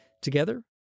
Together